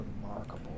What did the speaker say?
remarkable